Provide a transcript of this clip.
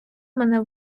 мене